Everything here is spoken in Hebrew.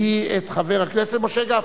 את חבר הכנסת משה גפני.